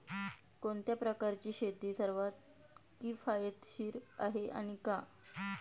कोणत्या प्रकारची शेती सर्वात किफायतशीर आहे आणि का?